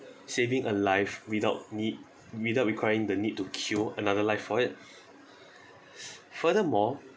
saving a life without need without requiring the need to kill another life for it furthermore